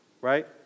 right